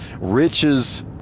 riches